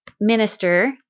minister